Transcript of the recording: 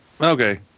Okay